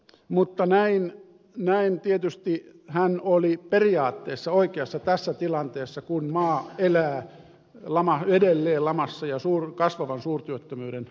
mutta näin tietysti hän oli periaatteessa oikeassa tässä tilanteessa kun maa elää edelleen lamassa ja kasvavan suurtyöttömyyden aikaa